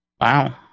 Wow